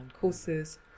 courses